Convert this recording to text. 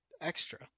extra